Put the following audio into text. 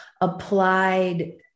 applied